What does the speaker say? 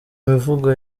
mivugo